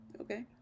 Okay